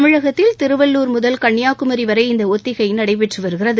தமிழகத்தில் திருவள்ளுர் முதல் கன்னியாகுமரி வரை இந்த ஒத்திகை நடைபெற்று வருகிறது